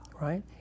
Right